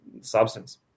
substance